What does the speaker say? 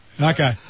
Okay